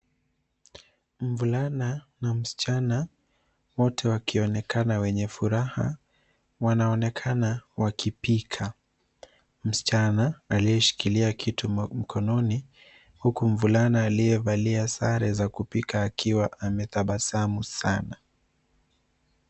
Mvulana na msichana wote wakionekana wenye furaha, wanaonekana wakipika. Msichana aliyeshikilia kitu mkononi huku mvulana aliyevalia sare za kupika akiwa ametabasamu sana.